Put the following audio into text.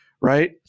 Right